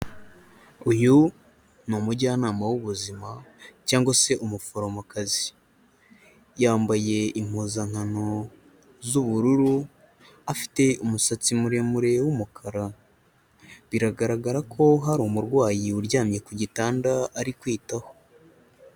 Uyu ni umujyanama w'ubuzima cyangwa se umuforomokazi. Yambaye impuzankano z'ubururu, afite umusatsi muremure w'umukara. Biragaragara ko hari umurwayi uryamye ku gitanda ari kwitaho.